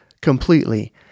completely